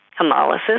hemolysis